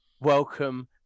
welcome